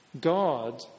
God